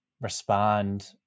respond